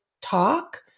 talk